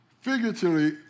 figuratively